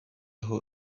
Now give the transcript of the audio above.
aho